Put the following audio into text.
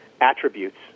attributes